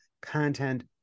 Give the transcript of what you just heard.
content